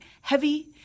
heavy